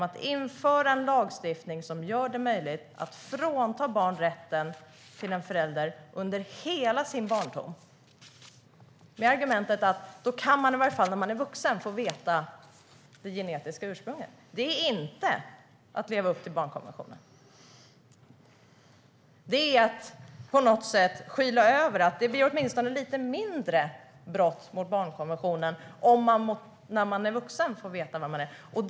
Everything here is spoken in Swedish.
Att införa en lagstiftning som gör det möjligt att frånta barn rätten till en förälder under hela deras barndom, med argumentet att man i alla fall kan få veta det genetiska ursprunget när man är vuxen, är inte att leva upp till barnkonventionen. Det är att på något sätt skyla över att det åtminstone blir ett lite mindre brott mot barnkonventionen om man får veta vem man är när man är vuxen.